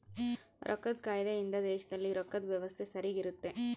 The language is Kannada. ರೊಕ್ಕದ್ ಕಾಯ್ದೆ ಇಂದ ದೇಶದಲ್ಲಿ ರೊಕ್ಕದ್ ವ್ಯವಸ್ತೆ ಸರಿಗ ಇರುತ್ತ